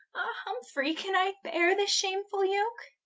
humfrey, can i beare this shamefull yoake?